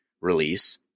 release